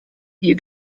you